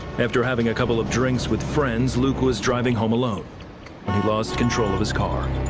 after having a couple of drinks with friends, luke was driving home alone. he lost control of his car.